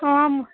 অঁ মোৰ